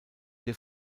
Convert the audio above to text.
der